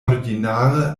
ordinare